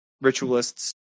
ritualists